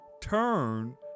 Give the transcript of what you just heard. turn